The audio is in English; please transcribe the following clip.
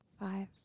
Five